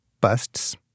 busts